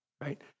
right